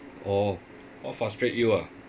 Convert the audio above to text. orh what frustrate you ah